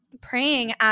praying